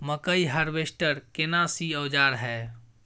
मकई हारवेस्टर केना सी औजार हय?